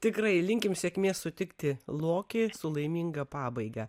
tikrai linkim sėkmės sutikti lokį su laiminga pabaiga